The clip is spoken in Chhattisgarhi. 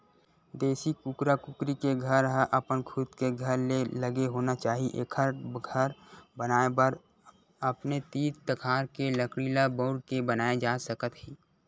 देसी कुकरा कुकरी के घर ह अपन खुद के घर ले लगे होना चाही एखर घर बनाए बर अपने तीर तखार के लकड़ी ल बउर के बनाए जा सकत हे